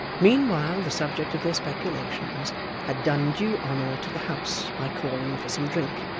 meanwhile the subject of their speculations had done due honour to the house by calling for some drink,